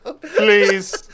Please